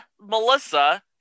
Melissa